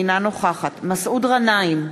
אינה נוכחת מסעוד גנאים,